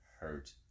hurt